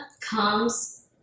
comes